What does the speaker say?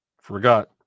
forgot